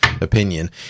opinion